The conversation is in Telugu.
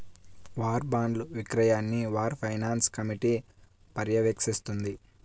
వార్ బాండ్ల విక్రయాన్ని వార్ ఫైనాన్స్ కమిటీ పర్యవేక్షిస్తుంది